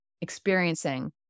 experiencing